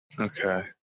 Okay